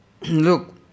look